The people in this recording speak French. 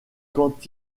quand